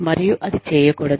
మరియు అది చేయకూడదు